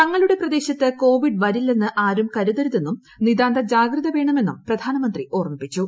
തങ്ങളുടെ പ്രദേശത്ത് കോവിഡ് വരില്ലെന്ന് ആരും കരുതരുതെന്നും നിതാന്ത ജാഗ്രത വേണമെന്നും പ്രധാനമന്ത്രി ഓർമ്മിപ്പിച്ചു